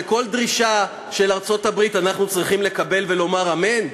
שכל דרישה של ארצות-הברית אנחנו צריכים לקבל ולומר אמן?